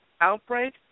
outbreak